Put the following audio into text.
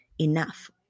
enough